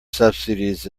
subsidies